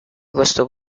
questo